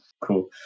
Cool